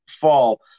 fall